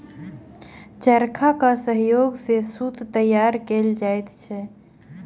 चरखाक सहयोग सॅ सूत तैयार कयल जाइत अछि